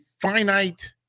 finite